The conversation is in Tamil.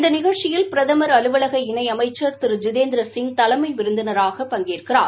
இந்த நிகழ்ச்சயில் பிரதமர் அலுவலக இணை அமைச்சள் திரு ஜிதேந்திரசிங் தலைமை விருந்தினராக பங்கேற்கிறார்